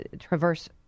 traverse